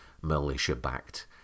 militia-backed